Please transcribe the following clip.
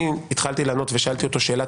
אני התחלתי לענות ושאלתי אותו שאלת